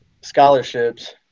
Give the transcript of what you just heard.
scholarships